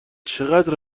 چقدر